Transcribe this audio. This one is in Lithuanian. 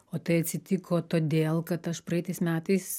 o tai atsitiko todėl kad aš praeitais metais